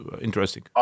interesting